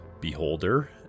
beholder